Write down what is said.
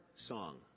song